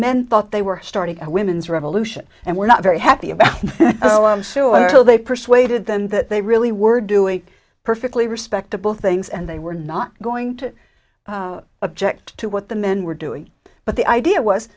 men thought they were starting a women's revolution and were not very happy about it so they persuaded them that they really were doing perfectly respectable things and they were not going to object to what the men were doing but the idea was